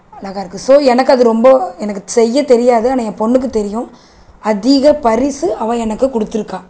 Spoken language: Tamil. அழகா இருக்கு ஸோ எனக்கு அது ரொம்ப எனக்கு செய்யத் தெரியாது ஆனால் ஏன் பொண்ணுக்கு தெரியும் அதிக பரிசு அவ எனக்கு கொடுத்துருக்கா